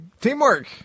Teamwork